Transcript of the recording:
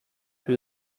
who